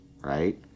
Right